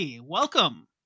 Welcome